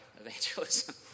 evangelism